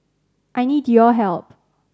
I need your help